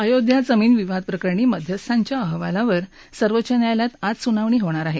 अयोध्या जमीन विवाद प्रकरणी मध्यस्थाच्या अहवालावर सर्वोच्च न्यायालयात आज सुनावणी होणार आहे